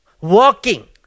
Walking